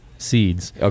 seeds